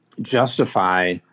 justify